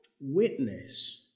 witness